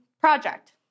project